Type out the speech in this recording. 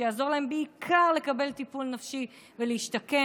שיעזור להם בעיקר לקבל טיפול נפשי ולהשתקם.